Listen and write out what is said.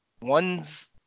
one's